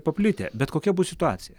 paplitę bet kokia bus situacija